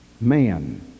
Man